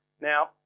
Now